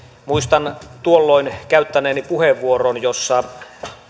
muistan tuolloin käyttäneeni puheenvuoron jossa